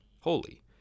holy